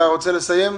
אתה רוצה לסיים?